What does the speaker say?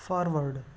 forward